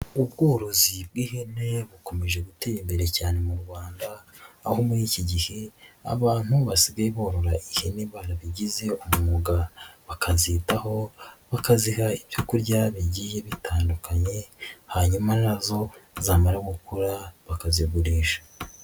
Ubworozi bw'ihene bukomeje gutera imbere cyane mu Rwanda aho muri iki gihe abantu basigaye borora ihene barabigize umwuga bakazitaho bakaziha ibyo kurya bigiye bitandukanye hanyuma na zo zamara gukura bakazigurisha.